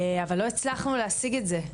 אבל לא הצלחנו להשיג את זה.